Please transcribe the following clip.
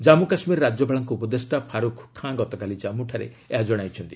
ଜାମ୍ମୁ କାଶ୍ମୀର ରାଜ୍ୟପାଳଙ୍କ ଉପଦେଷ୍ଟା ଫାରୁଖ୍ ଖାଁ ଗତକାଲି ଜାନ୍ପୁଠାରେ ଏହା ଜଣାଇଛନ୍ତି